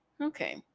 Okay